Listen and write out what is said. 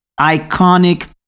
Iconic